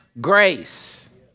Grace